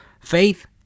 Faith